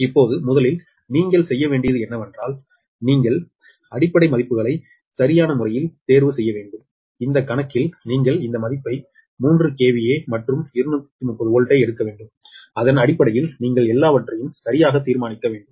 இப்போது முதலில் நீங்கள் செய்ய வேண்டியது என்னவென்றால் நீங்கள் அடிப்படை மதிப்புகளை சரியான முறையில் தேர்வு செய்ய வேண்டும் இந்த கணக்கில் நீங்கள் இந்த மதிப்பை 3 KVA மற்றும் 230 வோல்ட்டை எடுக்க வேண்டும் அதன் அடிப்படையில் நீங்கள் எல்லாவற்றையும் சரியாக தீர்மானிக்க வேண்டும்